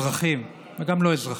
אזרחים וגם לא אזרחים,